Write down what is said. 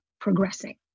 progressing